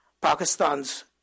Pakistan's